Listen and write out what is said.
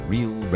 Real